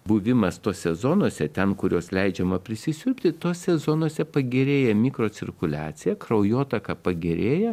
buvimas tose zonose ten kur jos leidžiama prisisiurbti tose zonose pagerėja mikrocirkuliacija kraujotaka pagerėja